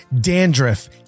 dandruff